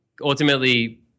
ultimately